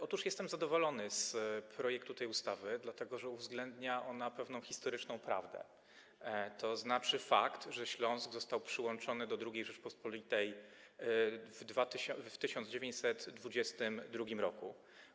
Otóż jestem zadowolony z projektu tej ustawy, dlatego że uwzględnia ona pewną historyczną prawdę, tzn. fakt, że Śląsk został przyłączony do II Rzeczypospolitej w 1922 r.